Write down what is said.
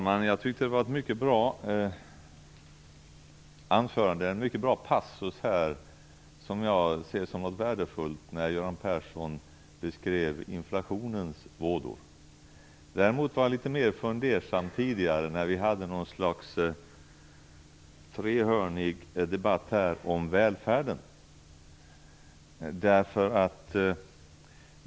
Fru talman! Det var en mycket bra passus här. Jag ser nämligen Göran Perssons beskrivning av inflationens vådor som något mycket värdefullt. Däremot var jag litet mera fundersam tidigare, då vi hade ett slags trehörnig debatt här om välfärden.